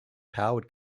powered